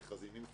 מי מפקח עליהם,